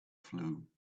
flu